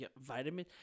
vitamin